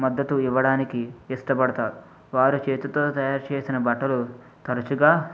మద్దతు ఇవ్వడానికి ఇష్టపడతారు వారు చేతుతో తయారుచేసిన బట్టలు తరచుగా